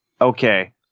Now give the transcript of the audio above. Okay